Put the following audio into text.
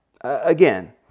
Again